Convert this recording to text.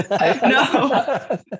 no